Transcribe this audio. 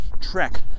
trek